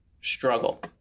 struggle